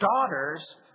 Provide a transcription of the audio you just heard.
daughters